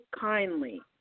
kindly